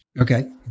Okay